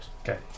Okay